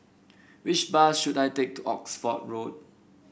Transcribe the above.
which bus should I take to Oxford Road